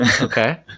Okay